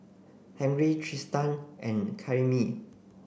Henry Tristan and Karyme